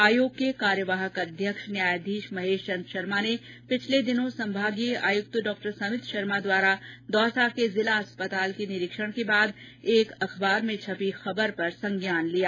आयोग के कार्यवाहक अध्यक्ष न्यायाधीश महेश चन्द शर्मा ने पिछले दिनों संभागीय आयुक्त डॉ समित शर्मा द्वारा दौसा के जिला अस्पताल के निरीक्षण के बाद एक अखबार में छपी खबर पर संज्ञान लिया